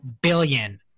billion